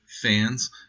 fans